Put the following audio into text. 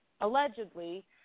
allegedly